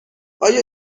آیا